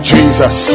Jesus